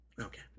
Okay